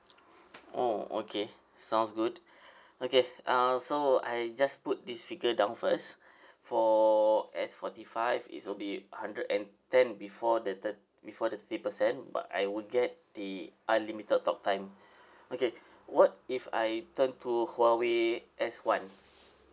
oh okay sounds good okay uh so I just put this figure down first for S forty five is will be hundred and ten before the thir~ before the thirty percent but I will get the unlimited talk time okay what if I turn to huawei S one